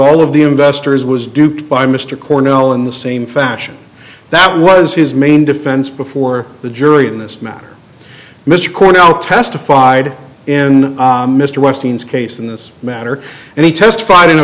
all of the investors was duped by mr cornell in the same fashion that was his main defense before the jury this matter mr cornell testified in mr weston's case in this matter and he testified in a